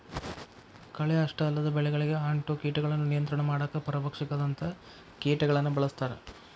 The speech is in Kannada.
ಕಳೆ ಅಷ್ಟ ಅಲ್ಲದ ಬೆಳಿಗಳಿಗೆ ಅಂಟೊ ಕೇಟಗಳನ್ನ ನಿಯಂತ್ರಣ ಮಾಡಾಕ ಪರಭಕ್ಷಕದಂತ ಕೇಟಗಳನ್ನ ಬಳಸ್ತಾರ